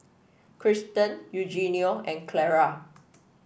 Krysten Eugenio and Clara